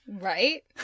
right